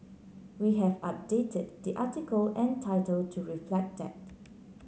we have updated the article and title to reflect that